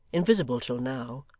invisible till now,